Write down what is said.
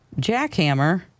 Jackhammer